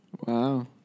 Wow